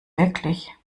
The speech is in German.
wirklich